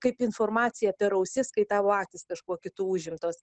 kaip informacija per ausis kai tavo akys kažkuo kitu užimtos